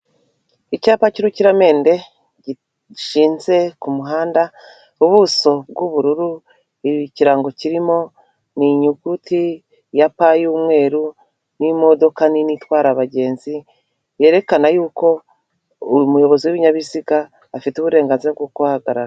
Icyapa cy'urukiramende gishinze ku muhanda, ubuso bw'ubururu, ikirango kirimo ni inyuguti ya pa y'umweru n'imodoka nini itwara abagenzi, yerekana yuko umuyobozi w'ibinyabiziga afite uburenganzira bwo kuhahagarara.